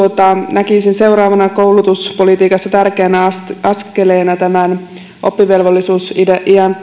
näkisin koulutuspolitiikassa seuraavana tärkeänä askeleena tämän oppivelvollisuusiän